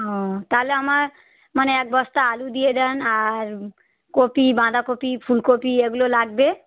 ও তাহলে আমার মানে এক বস্তা আলু দিয়ে দিন আর কপি বাঁধাকপি ফুলকপি এগুলো লাগবে